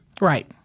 Right